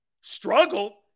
struggle